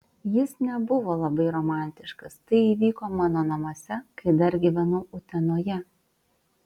jis nebuvo labai romantiškas tai įvyko mano namuose kai dar gyvenau utenoje